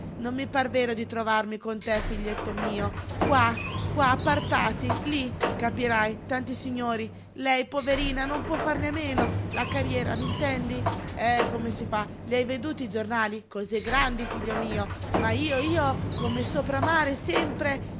non mi par vero di trovarmi con te figlietto mio qua qua appartati lí capirai tanti signori lei poverina non può farne a meno la carriera m'intendi eh come si fa i hai veduti i giornali cose grandi figlio mio ma io io come sopra mare sempre